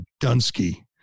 Dunsky